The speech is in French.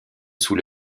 sous